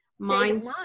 mindset